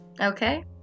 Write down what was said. okay